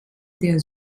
der